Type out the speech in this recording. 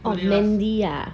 oh mandy ah